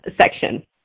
section